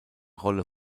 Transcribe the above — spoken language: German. rolle